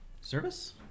service